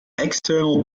external